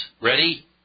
Ready